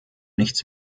nichts